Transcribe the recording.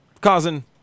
causing